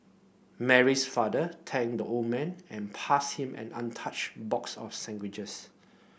Mary's father thanked the old man and passed him an untouched box of sandwiches